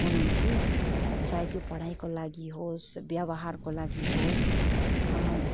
हुनुहुन्थ्यो चाहे त्यो पढाईको लागि होस् व्यवहारको लागि होस्